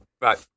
Right